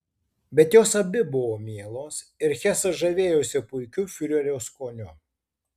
bet jos abi buvo mielos ir hesas žavėjosi puikiu fiurerio skoniu